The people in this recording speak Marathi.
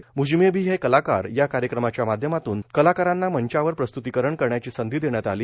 ग्रुझ में भी कलाकार या कार्यक्रमाच्या माध्यमातून कलाकारांना मंचावर प्रस्तुतीकरण करण्याची संघी देण्यात आली